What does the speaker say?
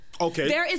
Okay